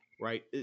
right